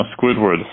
Squidward